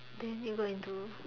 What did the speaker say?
then you got into